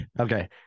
Okay